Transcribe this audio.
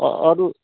a अरू